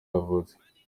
yavutse